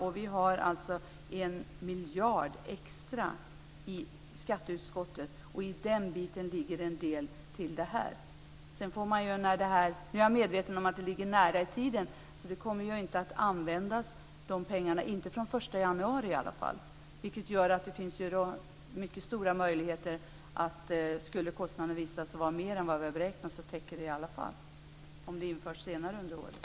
Vi lägger alltså 1 miljard extra i skatteutskottet, och av den går en del till det här. Jag är medveten om att det ligger nära i tiden, så de pengarna kommer inte att användas från den 1 januari. Det gör att det finns mycket stora möjligheter att täcka det i alla fall under året om kostnaderna skulle visa sig vara större än vad vi har beräknat.